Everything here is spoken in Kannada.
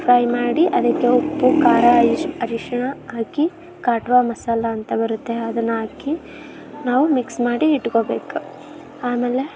ಫ್ರೈ ಮಾಡಿ ಅದಕ್ಕೆ ಉಪ್ಪು ಖಾರ ಇಶ್ ಅರಿಷಿಣ ಹಾಕಿ ಕಾಟ್ವಾ ಮಸಾಲೆ ಅಂತ ಬರುತ್ತೆ ಅದನ್ನು ಹಾಕಿ ನಾವು ಮಿಕ್ಸ್ ಮಾಡಿ ಇಟ್ಕೊಬೇಕು ಆಮೇಲೆ